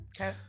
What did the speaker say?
Okay